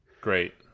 Great